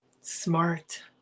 smart